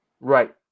Right